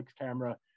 camera